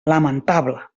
lamentable